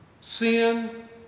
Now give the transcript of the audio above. sin